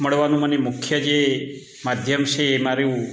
મળવાનું મને મુખ્ય જે માધ્યમ છે એ મારું